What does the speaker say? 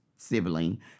sibling